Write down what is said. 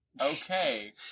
Okay